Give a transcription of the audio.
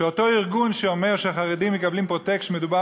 ואותו ארגון שאומר שהחרדים מקבלים "פרוטקשן" מדובר